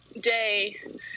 day